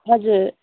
हजुर